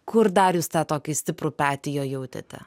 kur darius tą tokį stiprų petį jo jautėte